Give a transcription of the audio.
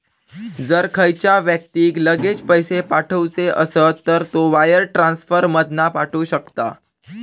जर खयच्या व्यक्तिक लगेच पैशे पाठवुचे असत तर तो वायर ट्रांसफर मधना पाठवु शकता